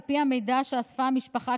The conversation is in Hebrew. על פי המידע שאספה המשפחה,